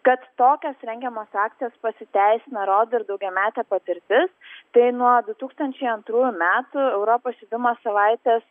kad tokios rengiamos akcijos pasiteisina rodo ir daugiametė patirtis tai nuo du tūkstančiai antrųjų metų europos judumo savaitės